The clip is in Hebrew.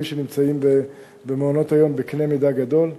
שנמצאים במעונות היום בקנה מידה גדול.